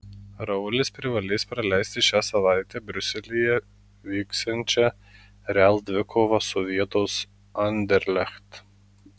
raulis privalės praleisti šią savaitę briuselyje vyksiančią real dvikovą su vietos anderlecht